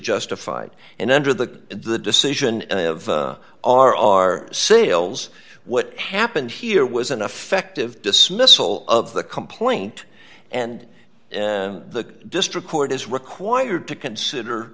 justified and under the the decision of our sales what happened here was an effective dismissal of the complaint and the district court is required to consider